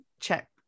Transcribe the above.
check